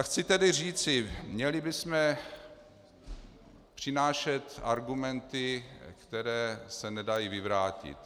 Chci tedy říci, měli bychom přinášet argumenty, které se nedají vyvrátit.